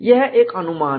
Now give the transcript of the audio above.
यह एक अनुमान है